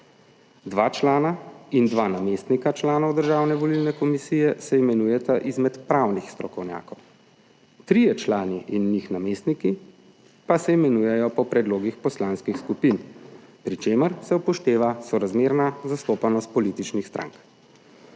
dva člana in dva namestnika članov Državne volilne komisije se imenujeta izmed pravnih strokovnjakov, trije člani in njih namestniki pa se imenujejo po predlogih poslanskih skupin, pri čemer se upošteva sorazmerna zastopanost političnih strank.